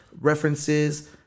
references